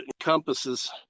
encompasses